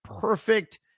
perfect